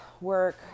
work